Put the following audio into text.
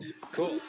Cool